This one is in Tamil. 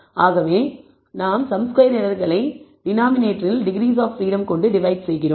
ஆகவே நாம் சம் ஸ்கொயர் எரர்களை நாம் டினாமினேட்டரில் டிகிரீஸ் ஆப் பிரீடம் கொண்டு டிவைட் செய்கிறோம்